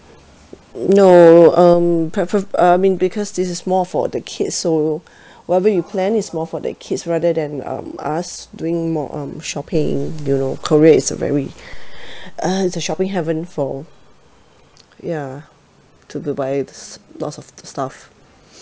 no um prefe~ uh I mean because this is more for the kids so what we'll plan is more for the kids rather than um us doing more um shopping you know korea is a very uh the shopping heaven for ya to to buy lots of the stuff